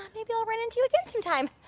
maybe i'll run into you again some time.